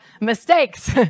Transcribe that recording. mistakes